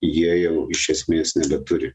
jie jau iš esmės nebeturi